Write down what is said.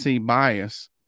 bias